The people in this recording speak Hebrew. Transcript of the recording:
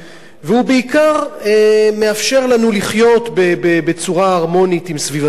והוא בעיקר מאפשר לנו לחיות בצורה הרמונית עם סביבתנו.